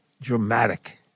dramatic